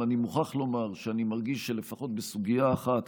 אני מוכרח לומר שאני מרגיש שלפחות בסוגיה אחת